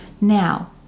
Now